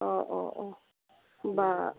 অঁ অঁ অঁ বা